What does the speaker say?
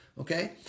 Okay